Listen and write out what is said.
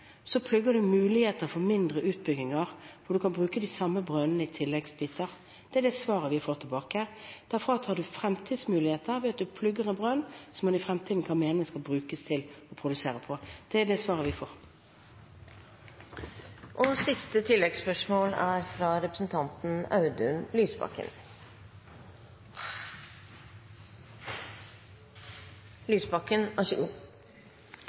plugger de muligheter for mindre utbygginger, og man kan bruke de samme brønnene i tilleggsbiter. Det er det svaret vi får tilbake. Da fratar du fremtidsmuligheter ved at du plugger en brønn som man i fremtiden kan mene skal brukes til å produsere på. Det er det svaret vi får. Audun Lysbakken – til siste